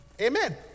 Amen